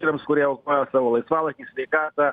tiems kurie aukojo savo laisvalaikį sveikatą